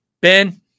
Ben